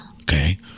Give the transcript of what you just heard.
Okay